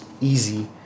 easy